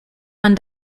man